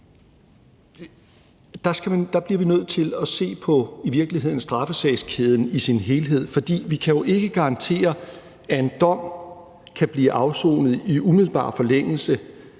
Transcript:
virkeligheden nødt til at se på straffesagskæden i sin helhed. For vi kan jo ikke garantere, at en dom kan blive afsonet i umiddelbar forlængelse,